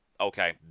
Okay